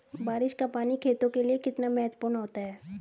बारिश का पानी खेतों के लिये कितना महत्वपूर्ण होता है?